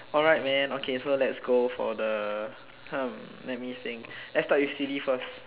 alright man okay so let's go for the let me think let's start with silly first